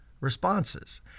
responses